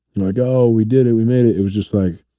like oh, we did it we made it. it was just like,